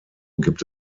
gibt